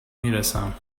میرسم